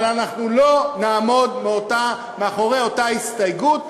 אבל אנחנו לא נעמוד מאחורי אותה הסתייגות,